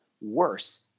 worse